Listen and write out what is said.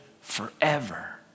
forever